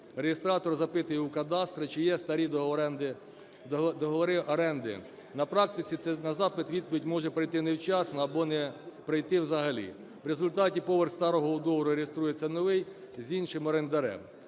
реєстратор запитує у кадастру, чи є старі договори оренди. На практиці на запит відповідь може прийти невчасно або не прийти взагалі. В результаті поверх старого договору реєструється новий, з іншим орендарем.